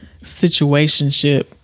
situationship